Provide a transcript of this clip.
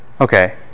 Okay